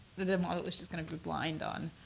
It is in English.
the the model is just going to be blind on?